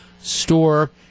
store